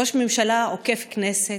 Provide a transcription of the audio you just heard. ראש ממשלה עוקף כנסת,